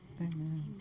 amen